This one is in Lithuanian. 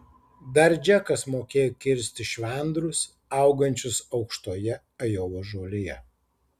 dar džekas mokėjo kirsti švendrus augančius aukštoje ajovos žolėje